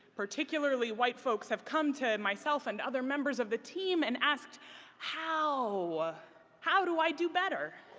particularly white folks, have come to myself and other members of the team and asked how how do i do better?